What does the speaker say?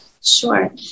Sure